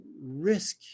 risk